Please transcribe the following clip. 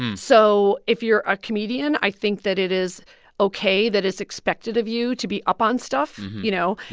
so if you're a comedian, i think that it is ok that it's expected of you to be up on stuff, you know.